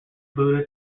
buddha